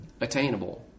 attainable